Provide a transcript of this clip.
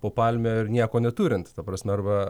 po palme ir nieko neturint ta prasme arba